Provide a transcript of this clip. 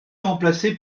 remplacés